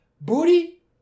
Booty